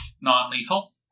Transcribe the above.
non-lethal